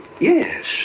Yes